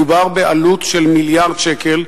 מדובר בעלות של מיליארד שקל.